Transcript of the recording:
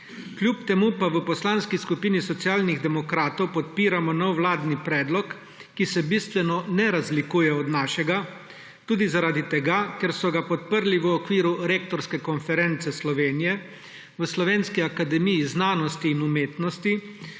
Kljub temu pa v Poslanski skupini Socialni demokrati podpiramo nov vladni predlog, ki se bistveno ne razlikuje od našega tudi zaradi tega, ker so ga podprli v okviru Rektorske konference Slovenije, v Slovenski akademiji znanosti in umetnosti,